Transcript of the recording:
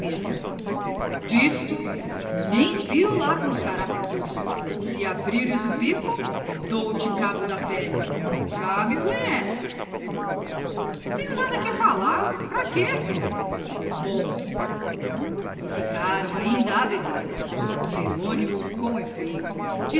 mesa disto nem pio lá com os carapicus se abrires o bico dou-te cabo da pele já me conheces tenho nada que falar pra quê bom e ficaram ainda a beber jerônimo com efeito